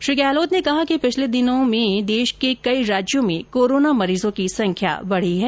श्री गहलोत ने कहा कि पिछले दिनों में देश के कई राज्यो में कोरोना मरीजों की संख्या बढी है